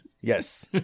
yes